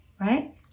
right